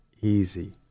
easy